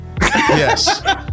Yes